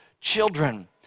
children